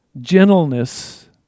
gentleness